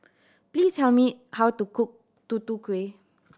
please tell me how to cook Tutu Kueh